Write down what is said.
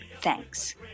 thanks